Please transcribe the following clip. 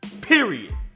Period